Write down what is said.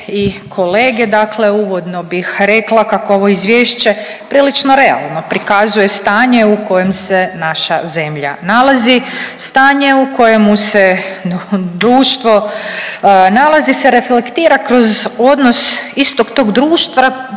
i kolege, dakle uvodno bih rekla kako ovo izvješće prilično realno prikazuje stanje u kojem se naša zemlja nalaze, stanje u kojemu se društvo nalali se reflektira kroz odnos istog tog društva